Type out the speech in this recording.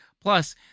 Plus